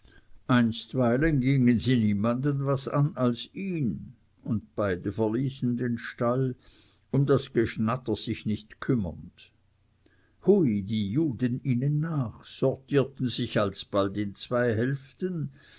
einstweilen gingen sie niemanden was an als ihn und beide verließen den stall um das geschnatter sich nicht kümmernd hui die juden ihnen nach sortierten sich als bald in zwei hälften